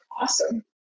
Awesome